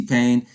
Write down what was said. Pain